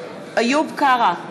איוב קרא,